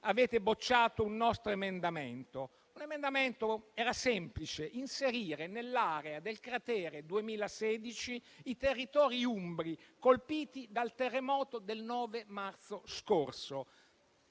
avete bocciato un nostro emendamento. Era un emendamento semplice: inserire nell'area del cratere 2016 i territori umbri colpiti dal terremoto del 9 marzo scorso.